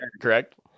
Correct